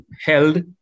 held